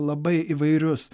labai įvairius